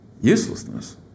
uselessness